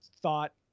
thought